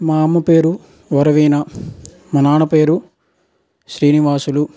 మా అమ్మ పేరు వరవీణ మా నాన్న పేరు శ్రీనివాసులు